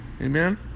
Amen